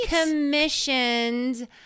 commissioned